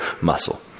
muscle